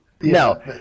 No